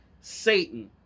Satan